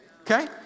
Okay